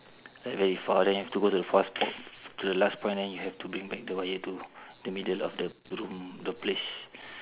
like very far then you have to go to the fares~ to the last point then you have to bring back the wire to the middle of the room the place